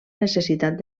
necessitat